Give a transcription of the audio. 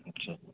ਅੱਛਾ